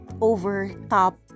overtop